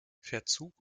verzug